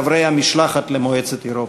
חברי המשלחת למועצת אירופה.